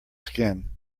skin